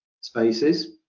spaces